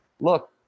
look